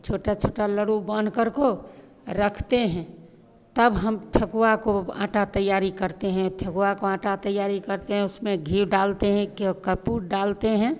छोटा छोटा लड्ड़ू बाँधकर को रखते हैं तब हम ठेकुआ को आँटा तैयारी करते हैं ठेकुआ को आँटा तैयारी करते हैं उसमें घी डालते हैं कपूर डालते हैं